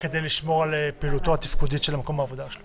כדי לשמור על פעילותו התפקודית של מקום העבודה שלו.